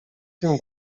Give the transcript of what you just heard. tym